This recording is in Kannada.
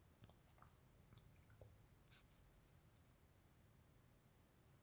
ಮೊಟ್ಟೆಗಳನ್ನ ಹೆಚ್ಚ ಕೊಡುವ ಕೋಳಿಯ ತಳಿಗಳು